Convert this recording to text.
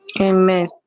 Amen